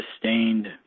sustained